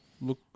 Look